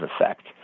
effect